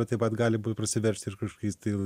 bet taip pat gali pp prasiveržti ir kažkokiais tai